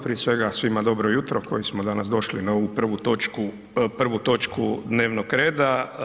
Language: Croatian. Prije svega, svima dobro jutro, koji smo danas došli na ovu prvu točku dnevnog reda.